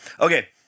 Okay